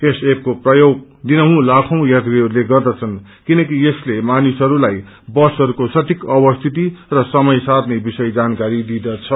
यस एपको प्रयोग दिनहुँ लाखैं यात्रीहरूले गर्दछन् किनकि यसले मानिसहरूलाई बसहरूको सठीक अवस्थिति र समय सारणी विषय जानकारी दिदँछ